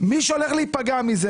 מי שהולך להיפגע מזה,